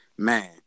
Man